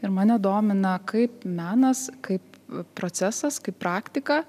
ir mane domina kaip menas kaip procesas kaip praktika